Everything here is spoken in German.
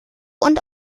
und